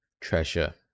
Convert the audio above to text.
treasure